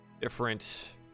different